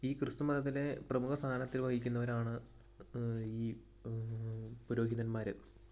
ഈ ക്രിസ്തുമതത്തിലെ പ്രമുഖ സ്ഥാനത്തിൽ വഹിക്കുന്നവരാണ് ഈ പുരോഹിതന്മാർ